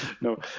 No